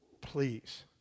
please